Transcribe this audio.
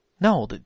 No